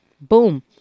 boom